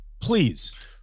please